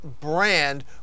brand